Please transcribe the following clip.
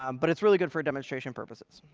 um but it's really good for demonstration purposes.